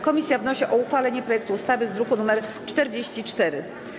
Komisja wnosi o uchwalenie projektu ustawy z druku nr 44.